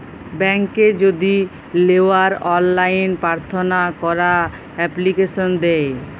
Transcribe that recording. ব্যাংকে যদি লেওয়ার অললাইন পার্থনা ক্যরা এপ্লিকেশন দেয়